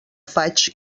faig